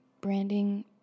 branding